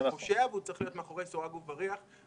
הוא פושע והוא צריך להיות מאחורי סורג ובריח.